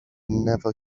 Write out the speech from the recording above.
never